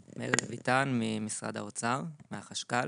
משרד האוצר, אגף החשב הכללי.